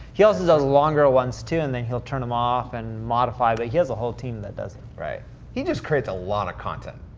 he also does longer ones too, and then he'll turn em off and modify, but he has a whole team that does it. right he just creates a lotta content.